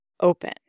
open